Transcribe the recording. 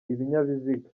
ibinyabiziga